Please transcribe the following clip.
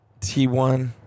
T1